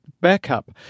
backup